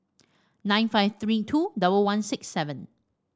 nine five three two double one six seven